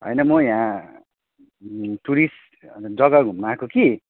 हैन म यहाँ टुरिस्ट जग्गा घुम्नु आएको कि